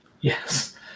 Yes